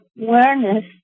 awareness